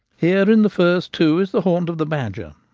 here in the furze too is the haunt of the badger.